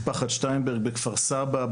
משפחת שטיינברג בכפר סבא,